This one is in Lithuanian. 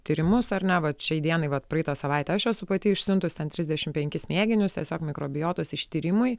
tyrimus ar ne vat šiai dienai vat praeitą savaitę aš esu pati išsiuntus ten trisdešim penkis mėginius tiesiog mikrobiotos ištyrimui